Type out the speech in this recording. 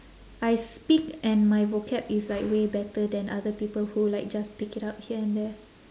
I speak and my vocab is like way better than other people who like just pick it up here and there